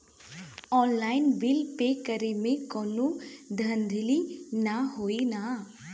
Online bill pay करे में कौनो धांधली ना होई ना?